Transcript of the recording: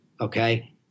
okay